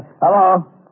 Hello